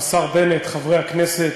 השר בנט, חברי הכנסת,